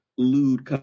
lewd